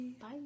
Bye